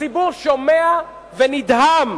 הציבור שומע ונדהם.